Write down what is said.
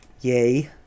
Yay